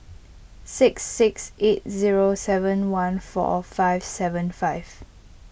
six six eight zero seven one four five seven five